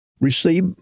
receive